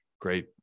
great